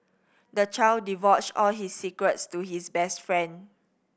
the child divulged all his secrets to his best friend